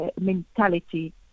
mentality